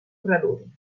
preludi